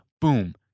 Boom